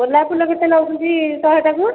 ଗୋଲାପ ଫୁଲ କେତେ ନେଉଛନ୍ତି ଶହେଟାକୁ